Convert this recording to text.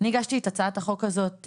אני הגשתי את הצעת החוק הזאת,